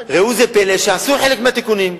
ראו זה פלא, עשו חלק מהתיקונים.